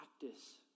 Practice